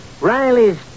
Riley's